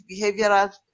behavioral